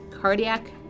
cardiac